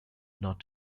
not